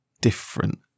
different